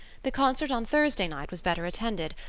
the concert on thursday night was better attended,